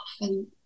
often